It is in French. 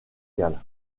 galles